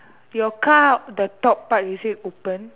your car the top part is it open